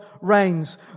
reigns